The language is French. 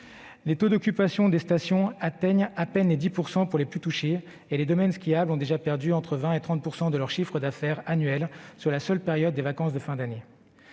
Les taux d'occupation des stations atteignent à peine les 10 % pour les plus touchées, et les domaines skiables ont déjà perdu entre 20 % et 30 % de leur chiffre d'affaires annuel durant la seule période des vacances de fin d'année.